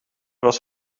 was